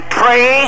pray